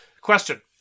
Question